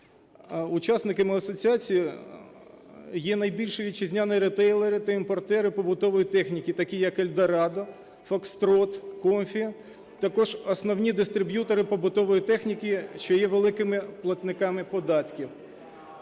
Учасниками асоціації є найбільші вітчизняні ритейлери та імпортери побутової техніки, такі як "Ельдорадо", "Фокстрот", "Comfy", також основні дистриб'ютори побутової техніки, що є великими платниками податків.